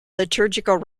liturgical